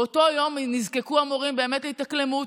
באותו יום נזקקו המורים באמת להתאקלמות,